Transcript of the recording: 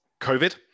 COVID